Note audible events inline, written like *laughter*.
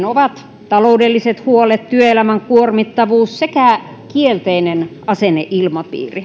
*unintelligible* ovat taloudelliset huolet työelämän kuormittavuus sekä kielteinen asenneilmapiiri